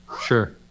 Sure